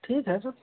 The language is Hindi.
ठीक है सर